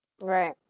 Right